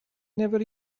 never